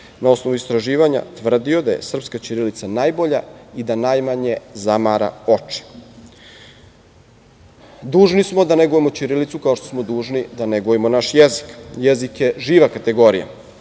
na osnovu istraživanja tvrdio da je srpska ćirilica najbolja i da najmanje zamara oči. Dužni smo da negujemo ćirilicu, kao što smo dužni da negujemo naš jezik. Jezik je živa kategorija